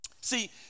See